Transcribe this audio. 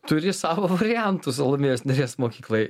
turi savo variantus salomėjos nėries mokyklai